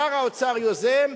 שר האוצר יוזם,